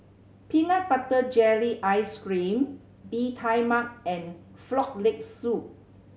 peanut butter jelly ice cream Bee Tai Mak and Frog Leg Soup